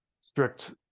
strict